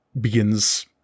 begins